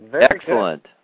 Excellent